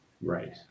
right